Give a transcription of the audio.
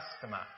customer